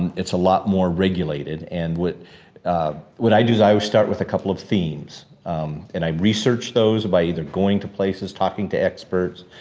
it's a lot more regulated. and what what i do is i always start with a couple of themes and i research those by either going to places, talking to experts.